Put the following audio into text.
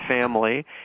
family